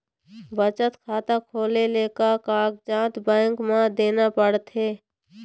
बचत खाता खोले ले का कागजात बैंक म देना पड़थे?